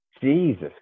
Jesus